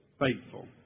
faithful